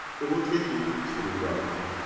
it will take you to the article.